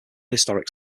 historic